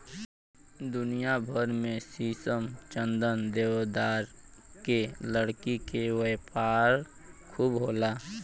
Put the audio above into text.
दुनिया भर में शीशम, चंदन, देवदार के लकड़ी के व्यापार खूब होला